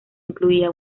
incluía